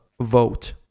vote